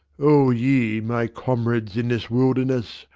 o ye, my comrades in this wilderness,